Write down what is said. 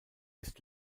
ist